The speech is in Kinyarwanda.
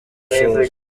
gusohoza